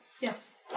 Yes